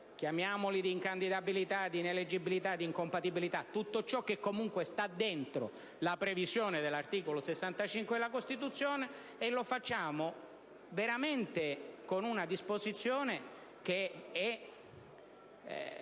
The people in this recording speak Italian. chiamiamoli di incandidabilità, di ineleggibilità, di incompatibilità, tutto ciò che comunque è contenuto nella previsione dell'articolo 65 della Costituzione, e lo facciamo con una disposizione che non